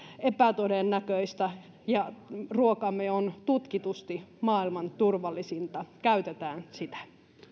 epätodennäköistä ja ruokamme on tutkitusti maailman turvallisinta käytetään sitä